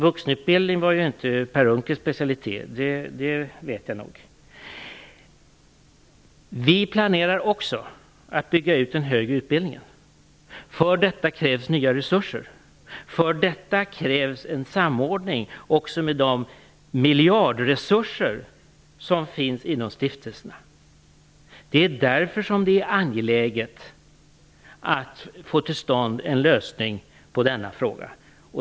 Vuxenutbildning var inte Per Unckels specialitet, det vet jag nog. Vi planerar också att bygga ut den högre utbildningen. För detta krävs nya resurser. För detta krävs en samordning, också med de miljardresurser som finns inom stiftelserna. Det är därför det är angeläget att få till stånd en lösning på denna fråga.